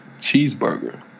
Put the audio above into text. cheeseburger